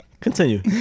continue